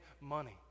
money